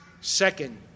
Second